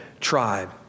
tribe